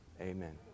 Amen